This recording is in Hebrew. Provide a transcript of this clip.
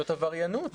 זאת עבריינות.